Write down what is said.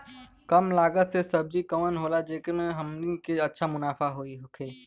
कम लागत के सब्जी कवन होला जेकरा में हमनी के अच्छा मुनाफा होखे?